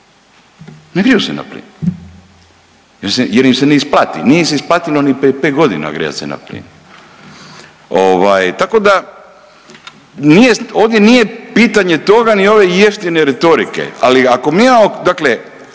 ne griju se na plin, mislim jer im se ne isplati, nije im se isplatilo ni prije 5.g. grijat se na plin. Ovaj tako da, nije, ovdje nije pitanje toga ni ove jeftine retorike, ali ako mi imamo dakle